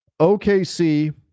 OKC